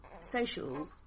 social